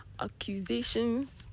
accusations